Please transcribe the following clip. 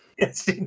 Yes